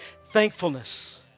thankfulness